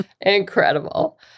incredible